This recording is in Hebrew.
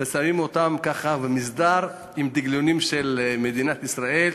ושמים אותם ככה במסדר עם דגלונים של מדינת ישראל,